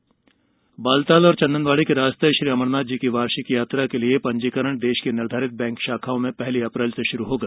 अमरनाथ यात्रा बालताल और चंदनबाड़ी के रास्ते श्री अमरनाथजी की वार्षिक यात्रा के लिए पंजीकरण देश की निर्धारित बैंक शाखाओं में पहली अप्रैल से शुरू होगा